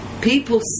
People